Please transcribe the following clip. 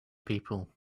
people